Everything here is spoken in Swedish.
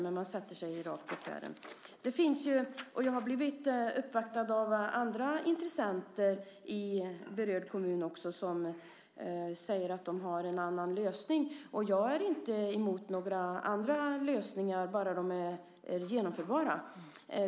Men kommunen sätter sig på tvären. Jag har också blivit uppvaktad av andra intressenter i berörd kommun som säger att de har en annan lösning. Jag är inte emot andra lösningar - bara de är genomförbara.